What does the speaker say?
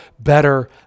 better